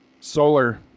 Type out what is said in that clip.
Solar